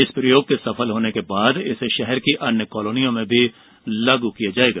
इस प्रयोग के सफल होने के बाद इसे षहर की अन्य कॉलोनियों भी लागू किया जाएगा